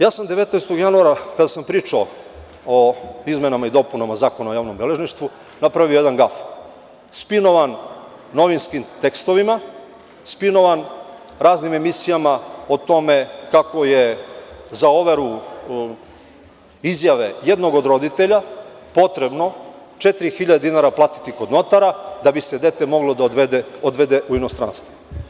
Ja sam 19. januara, kada sam pričao o izmenama i dopunama Zakona o javnom beležništvu, napravio jedan gaf, spinovan novinskim tekstovima, spinovan raznim emisijama o tome kako je za overu izjave jednog od roditelja potrebno 4.000 dinara platiti kod notara kako bi dete otišlo u inostranstvo.